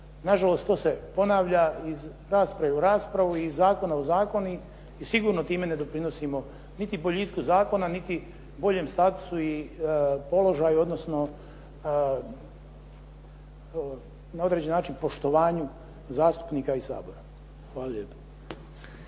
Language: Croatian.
nažalost, to se ponavlja iz rasprave u raspravu i iz zakona u zakon i sigurno time ne doprinosimo niti boljitku zakona niti boljem statusu i položaju odnosno na određeni način poštovanju zastupnika i Sabora. Hvala lijepa.